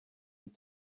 and